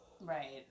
Right